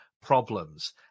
problems